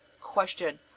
Question